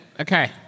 Okay